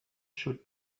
should